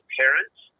parents